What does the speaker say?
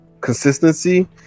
consistency